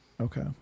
Okay